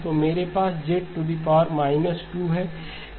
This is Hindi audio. तो मेरे पास z 2 है